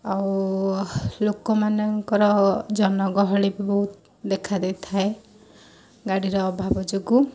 ଆଉ ଲୋକମାନଙ୍କର ଜନଗହଳି ବି ବହୁତ ଦେଖା ଦେଇଥାଏ ଗାଡ଼ିର ଅଭାବ ଯୋଗୁଁ